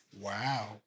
Wow